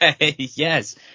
yes